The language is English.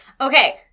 Okay